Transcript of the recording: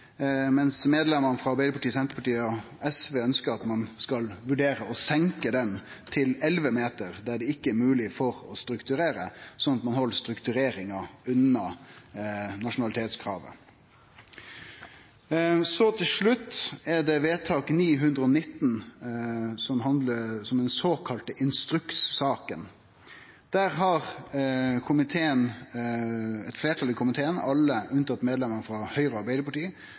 mens medlemane frå Arbeidarpartiet, Senterpartiet og SV ønskjer at ein skal vurdere å senke grensa til 11 meter, der det ikkje er mogleg å strukturere, slik at ein held struktureringa unna nasjonalitetskravet. Til slutt gjeld det vedtak nr. 919 for 2015–2016, som handlar om den såkalla instrukssaka. Der har eit fleirtal i komiteen, alle med unntak av medlemane frå Høgre og Arbeidarpartiet,